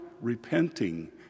repenting